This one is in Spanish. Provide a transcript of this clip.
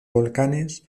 volcanes